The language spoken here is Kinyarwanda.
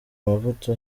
amavuta